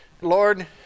Lord